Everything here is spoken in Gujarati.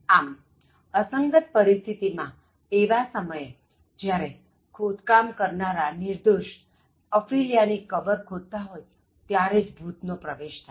આમ અસંગત પરિસ્થિતિ માંએવા સમયે જ્યારે ખોદકામ કરનારાનિર્દોષ ઓફેલિયા ની કબર ખોદતા હોય ત્યારે જ ભૂત નો પ્રવેશ થાય